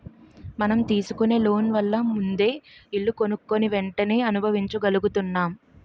మనం తీసుకునే లోన్ వల్ల ముందే ఇల్లు కొనుక్కుని వెంటనే అనుభవించగలుగుతున్నాం